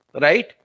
right